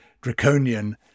Draconian